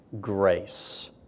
grace